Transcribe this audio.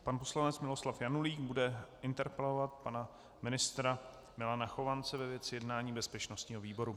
Pan poslanec Miloslav Janulík bude interpelovat pana ministra Milana Chovance ve věci jednání bezpečnostního výboru.